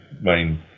main